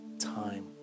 time